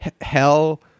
hell